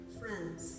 friends